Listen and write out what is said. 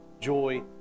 joy